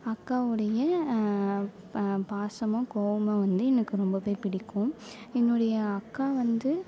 அக்காவுடைய பாசமும் கோபமும் வந்து எனக்கு ரொம்பவே பிடிக்கும் என்னுடைய அக்கா வந்து